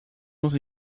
muss